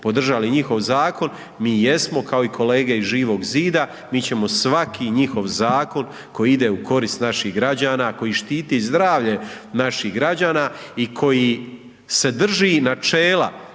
podržali njihov zakon, mi jesmo, kao i kolege iz Živog zida, mi ćemo svaki njihov zakon koji ide u korist naših građana, koji štiti zdravlje naših građana i koji se drži načela